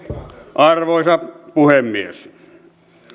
arvoisa puhemies